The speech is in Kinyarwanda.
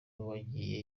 wagiye